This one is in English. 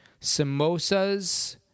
samosas